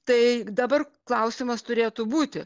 tai dabar klausimas turėtų būti